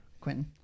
Quentin